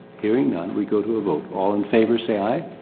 hearing done, we go to a vote. all in favor say aye.